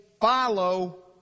follow